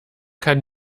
kann